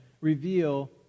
reveal